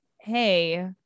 Hey